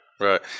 Right